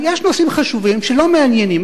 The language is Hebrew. יש דברים חשובים שלא מעניינים.